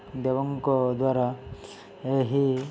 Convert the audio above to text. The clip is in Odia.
ଦେବଙ୍କ ଦ୍ୱାରା ଏହି